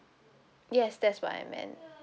yes that's what I meant